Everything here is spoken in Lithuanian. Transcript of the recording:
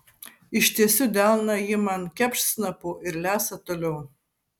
ištiesiu delną ji man kepšt snapu ir lesa toliau